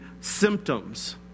symptoms